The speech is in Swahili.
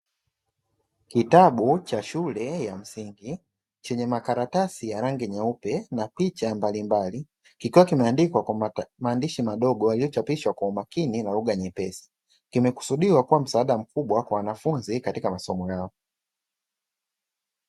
Kitabu cha shule ya msingi chenye makaratasi ya rangi nyeupe na picha mbalimbali, kikiwa kimeandikwa kwa maandishi madogo waliochapishwa kwa umakini na lugha nyepesi; kimekusudiwa kubwa misaada mkubwa kwa wanafunzi katika masomo yao.